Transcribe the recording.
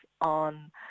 on